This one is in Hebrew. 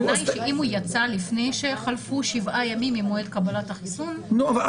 --- אבל אם הוא יצא לפני שחלפו שבעה ימים ממועד קבלת החיסון --- נו,